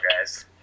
guys